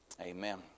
amen